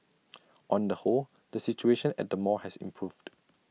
on the whole the situation at the mall has improved